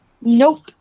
Nope